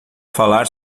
falar